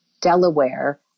Delaware